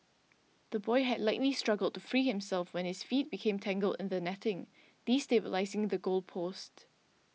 the boy had likely struggled to free himself when his feet became tangled in the netting destabilising the goal post